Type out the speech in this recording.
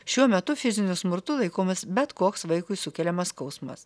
šiuo metu fiziniu smurtu laikomas bet koks vaikui sukeliamas skausmas